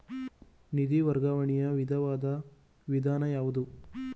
ನಿಧಿ ವರ್ಗಾವಣೆಯ ವೇಗವಾದ ವಿಧಾನ ಯಾವುದು?